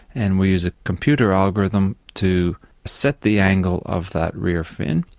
and we use a computer algorithm to set the angle of that rear fin,